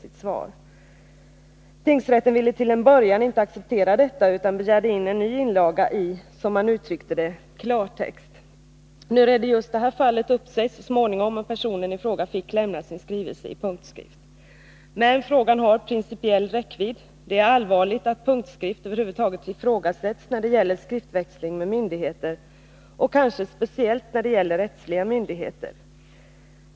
Tingsrätten ville till en början inte acceptera detta utan begärde in en ny inlaga i, som man uttryckte det, klartext. Nu redde just det här fallet upp sig så småningom, och personen i fråga fick lämna sin skrivelse i punktskrift. Men frågan har principiell räckvidd. Det är allvarligt att punktskrift över huvud taget ifrågasätts när det gäller skriftväxling med myndigheter, kanske speciellt när det gäller rättsliga myndigheter.